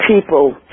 people